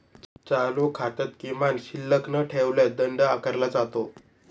चालू खात्यात किमान शिल्लक न ठेवल्यास दंड आकारला जातो